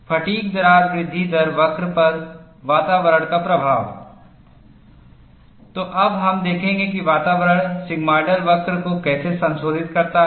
फ़ैटिग्दरार वृद्धि दर वक्र पर वातावरण का प्रभाव तो अब हम देखेंगे कि वातावरण सिग्मायोडल वक्र को कैसे संशोधित करता है